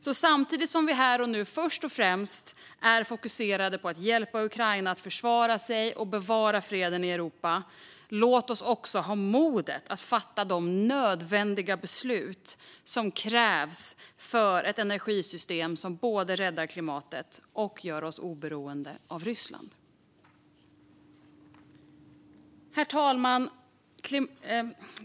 Här och nu är vi först och främst fokuserade på att hjälpa Ukraina att försvara sig och bevara freden i Europa, men låt oss också ha modet att fatta de beslut som krävs för ett energisystem som både räddar klimatet och gör oss oberoende av Ryssland. Herr talman!